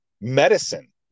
medicine